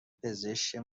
پزشک